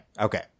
Okay